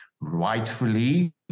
rightfully